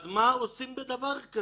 מה עושים עם דבר כזה?